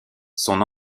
son